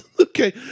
Okay